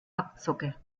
abzocke